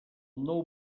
nou